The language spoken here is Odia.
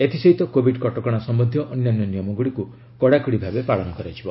ଏଥିସହିତ କୋଭିଡ୍ କଟକଶା ସମ୍ଭନ୍ଧୀୟ ଅନ୍ୟାନ୍ୟ ନିୟମଗୁଡ଼ିକୁ କଡ଼ାକଡ଼ି ଭାବେ ପାଳନ କରାଯିବ